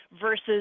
versus